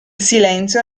silenzio